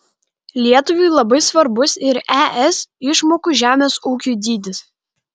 lietuvai labai svarbus ir es išmokų žemės ūkiui dydis